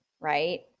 right